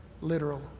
literal